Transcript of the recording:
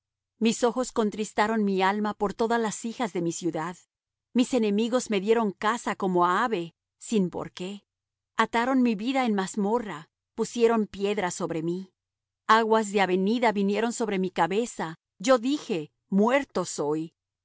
mis ojos contristaron mi alma por todas las hijas de mi ciudad mis enemigos me dieron caza como á ave sin por qué ataron mi vida en mazmorra pusieron piedra sobre mí aguas de avenida vinieron sobre mi cabeza yo dije muerto soy